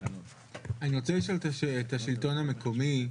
אני רוצה לשאול את השלטון המקומי.